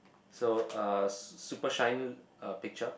so uh s~ super shine uh picture